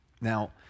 Now